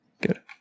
Good